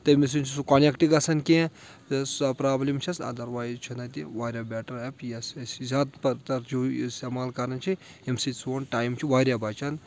تٔمِس سۭتۍ چھُ سُہ کونیکٹہٕ گژھان کینٛہہ سۄ پرابلِم چھَس اَدَروایز چھنہٕ اَتہِ واریاہ بیٹَر ایپ یۄس اَسہِ زیادٕ پرتر جوٗہہِ اِستعمال کَران چھِ ییٚمہِ سۭتۍ سون ٹایم چھُ واریاہ بَچن